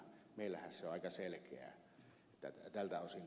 meillähän se on aika selkeä tältä osin